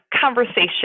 conversation